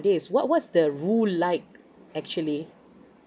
this what what's the rule like actually